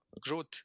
growth